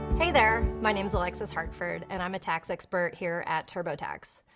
hey there, my name's alexis hartford, and i'm a tax expert here at turbotax.